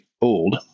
old